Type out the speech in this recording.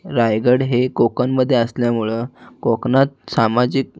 रायगड हे कोकणमध्ये असल्यामुळं कोकणात सामाजिक